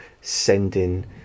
sending